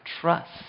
trust